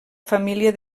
família